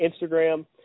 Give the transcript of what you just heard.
Instagram